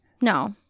No